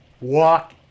walk